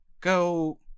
Go